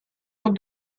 vot